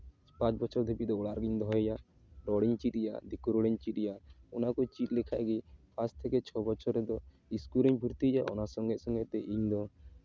ᱯᱟᱸᱪ ᱵᱚᱪᱷᱚᱨ ᱫᱷᱟᱹᱵᱤᱡ ᱫᱚ ᱚᱲᱟᱜ ᱨᱮᱜᱮᱧ ᱫᱚᱦᱚᱭᱮᱭᱟ ᱨᱚᱲᱤᱧ ᱪᱮᱫ ᱟᱭᱟ ᱫᱤᱠᱩ ᱨᱚᱲᱤᱧ ᱪᱮᱫ ᱟᱭᱟ ᱚᱱᱟ ᱠᱚ ᱪᱮᱫ ᱞᱮᱠᱷᱟᱱ ᱜᱮ ᱯᱟᱸᱪ ᱛᱷᱮᱠᱮ ᱪᱷᱚ ᱵᱚᱪᱷᱚᱨ ᱨᱮᱫᱚ ᱤᱥᱠᱩᱞ ᱨᱮᱧ ᱵᱷᱚᱨᱛᱤᱭᱮᱭᱟ ᱚᱱᱟ ᱥᱚᱸᱜᱮ ᱥᱚᱸᱜᱮ ᱛᱮ ᱤᱧ ᱫᱚ